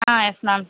ah yes ma'am